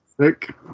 Sick